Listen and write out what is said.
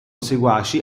seguaci